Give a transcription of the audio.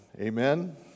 Amen